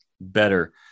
better